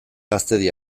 gaztedi